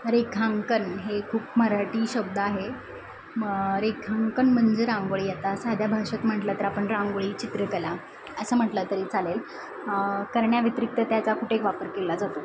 रेखांकन हे खूप मराठी शब्द आहे म रेखांकन म्हणजे रांगोळी आता साध्या भाषेत म्हटलं तर आपण रांगोळी चित्रकला असं म्हटलं तरी चालेल करण्याव्यतिरिक्त त्याचा कुठे वापर केला जातो